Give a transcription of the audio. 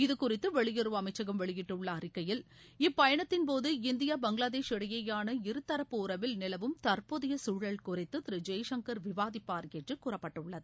இது குறித்து வெளியுறவு அமைச்சகம் வெளியிட்டுள்ள அறிக்கையில் இப்பயணத்தின்போது இந்தியா பங்களாதேஷ் இடையேயான இருதரப்பு உறவில் நிலவும் தற்போதைய சூழல் குறித்து திரு ஜெய்சங்கர் விவாதிப்பார் என்று கூறப்பட்டுள்ளது